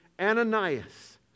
Ananias